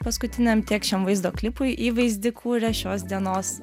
paskutiniam tiek šiam vaizdo klipui įvaizdį kūrė šios dienos